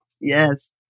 Yes